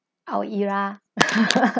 our era